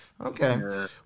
Okay